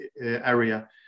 area